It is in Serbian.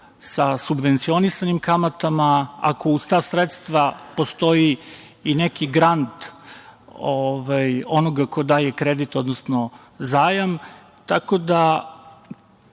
sa subvencionisanim kamatama, ako uz ta sredstva postoji i neki garant onoga ko daje kredit, odnosno zajam, i uz,